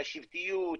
השבטיות,